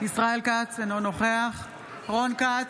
ישראל כץ, אינו נוכח רון כץ,